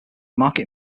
market